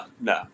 no